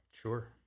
Sure